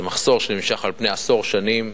זה מחסור שנמשך עשר שנים,